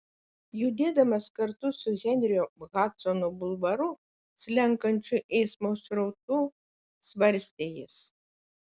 judėdamas kartu su henrio hadsono bulvaru slenkančiu eismo srautu svarstė jis